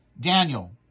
Daniel